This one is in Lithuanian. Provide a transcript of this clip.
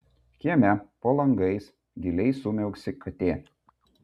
kieme po langais gailiai sumiauksi katė